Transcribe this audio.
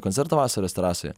koncertą vasaros terasoje